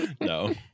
No